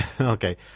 Okay